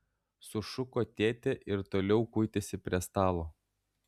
sušuko tėtė ir toliau kuitėsi prie stalo